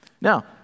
Now